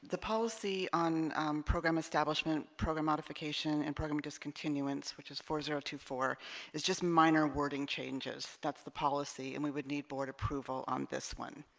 the policy on program establishment program modification and program discontinuance which is for zero to four is just minor wording changes that's the policy and we would need board approval on this one